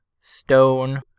stone